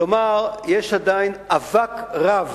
כלומר יש עדיין אבק רב